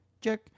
check